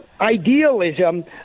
Idealism